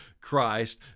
Christ